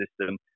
system